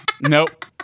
Nope